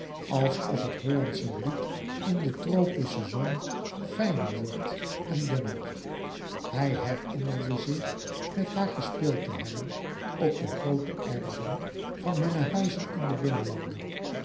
alsof het hollandsche bloed in de tropische zon fijner wordt en dunner hij herinnerde zich met haar gespeeld te hebben op de groote erven van hunne huizen in de binnenlanden